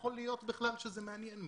איך יכול להיות שזה בכלל מעניין מישהו?